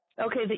Okay